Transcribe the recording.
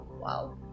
Wow